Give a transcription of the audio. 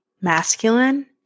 masculine